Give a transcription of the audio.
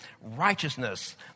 Righteousness